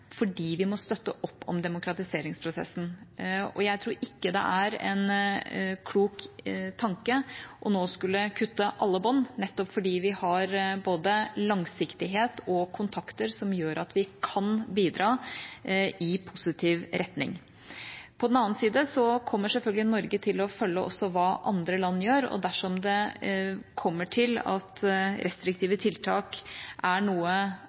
fordi vi må støtte opp om demokratiseringsprosessen. Jeg tror ikke det er en klok tanke nå å kutte alle bånd, nettopp fordi vi har både langsiktighet og kontakter som gjør at vi kan bidra i positiv retning. På den annen side kommer Norge selvfølgelig til å følge med på også hva andre land gjør. Dersom det kommer til at restriktive tiltak er noe